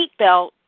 seatbelt